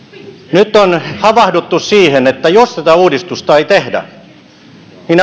nyt on havahduttu siihen että jos tätä uudistusta ei tehdä niin